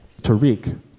Tariq